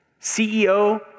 CEO